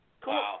Cool